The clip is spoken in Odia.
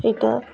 ଏଇଟା